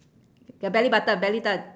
ya belly button belly ton